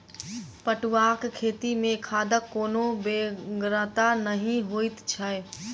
पटुआक खेती मे खादक कोनो बेगरता नहि जोइत छै